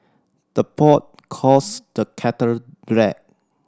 the pot calls the kettle black